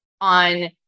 on